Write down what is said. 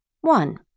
One